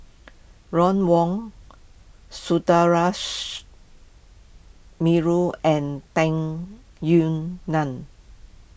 Ron Wong Sundaresh Menon and Tung Yue Nang